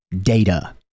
Data